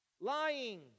Lying